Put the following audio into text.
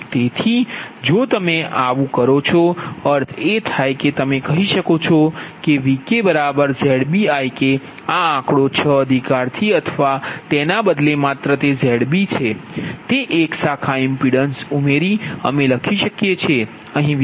તેથી જો તે આવું છે અર્થ એ થાય કે તમે કહી શકો છો કે VkZbIk આ આંકડો 6 અધિકાર થી અથવા તેના બદલે માત્ર તે Zb છે તે એક શાખા ઇમ્પિડન્સ ઉમેરી અમે લખી શકીએ છીએ